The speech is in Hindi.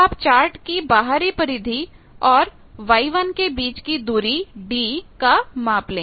अब आप चार्ट की बाहरी परिधि और Y1 के बीच की दूरी d का माप ले